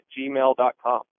gmail.com